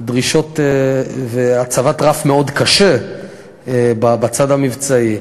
דרישות והצבת רף מאוד גבוה בצד המבצעי.